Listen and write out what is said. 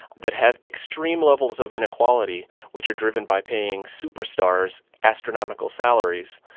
that have extreme levels of inequality which are driven by paying superstars astronomical salaries,